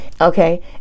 Okay